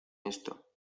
esto